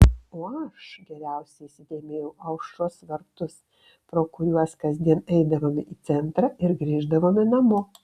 o aš geriausiai įsidėmėjau aušros vartus pro kuriuos kasdien eidavome į centrą ir grįždavome namo